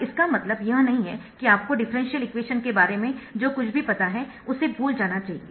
अब इसका मतलब यह नहीं है कि आपको डिफरेंशियल इक्वेशन के बारे में जो कुछ भी पता है उसे भूल जाना चाहिए